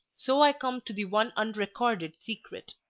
so i come to the one unrecorded secret.